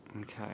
Okay